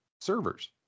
servers